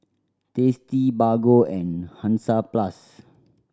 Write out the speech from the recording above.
Tasty Bargo and Hansaplast